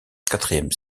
quatrième